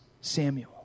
Samuel